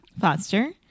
Foster